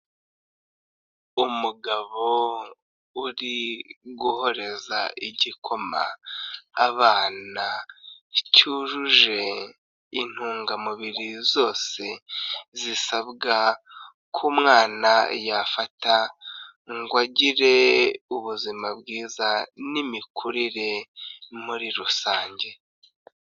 Umugabo uri guhoreza igikoma abana cyujuje intungamubiri zose zisabwa k'umwana, yafata ngo agire ubuzima bwiza n'imikurire muri rusange.